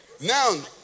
Now